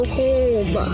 home